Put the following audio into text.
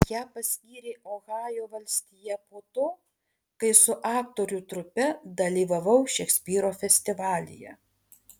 ją paskyrė ohajo valstija po to kai su aktorių trupe dalyvavau šekspyro festivalyje